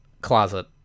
closet